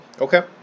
Okay